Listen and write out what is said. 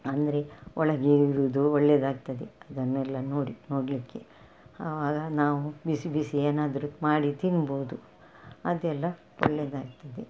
ಅಂದರೆ ಒಳಗೆ ಇರುವುದು ಒಳ್ಳೇದಾಗ್ತದೆ ಅದನ್ನೆಲ್ಲ ನೋಡಿ ನೋಡಲಿಕ್ಕೆ ಆಗ ನಾವು ಬಿಸಿ ಬಿಸಿ ಏನಾದರೂ ಮಾಡಿ ತಿನ್ಬೋದು ಅದೆಲ್ಲ ಒಳ್ಳೇದಾಗ್ತದೆ